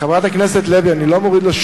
חברת הכנסת לוי,